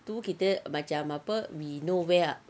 to kita macam apa we know where ah